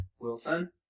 Wilson